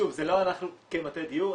שוב, זה לא אנחנו כמטה הדיור.